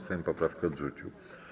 Sejm poprawkę odrzucił.